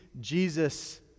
Jesus